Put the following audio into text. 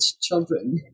children